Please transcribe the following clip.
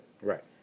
Right